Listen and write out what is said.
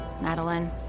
Madeline